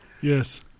Yes